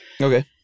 Okay